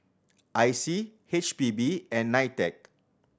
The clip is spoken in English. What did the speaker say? I C H P B and NITEC